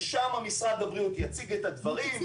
ששם משרד הבריאות יציג את הדברים,